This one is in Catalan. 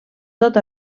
tot